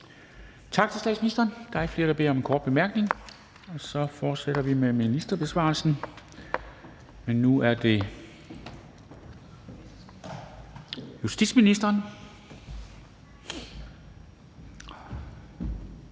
Tak til statsministeren. Der er ikke flere, der har bedt om en kort bemærkning. Så fortsætter vi med ministerbesvarelsen, men nu er det justitsministeren.